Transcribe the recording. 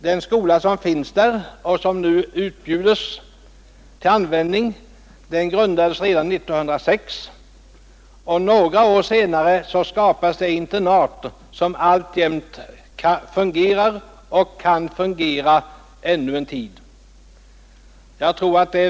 Den skola som finns där och som nu utbjuds till användning grundades redan 1906, och några år senare skapades det internat som alltjämt fungerar och som kan fungera ännu en tid.